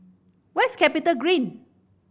where is CapitaGreen